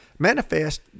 Manifest